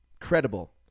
credible